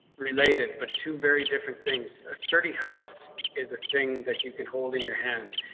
related, but two very different things. sturdy house is a thing that you can hold in your hands.